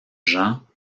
jean